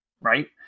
Right